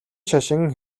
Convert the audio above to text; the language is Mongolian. шашин